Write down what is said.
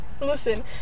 listen